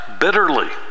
bitterly